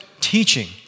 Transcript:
teaching